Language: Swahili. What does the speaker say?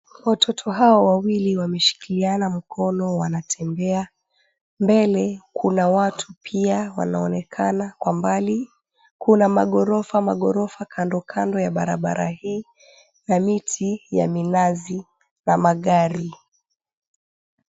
Watoto hawa wawili wameshikilia mkono wanatembea. Mbele kuna watu pia wanaonekana kwa mbali. Kuna maghorofamaghorofa kandokando ya barabara hii na miti ya minazi na magari.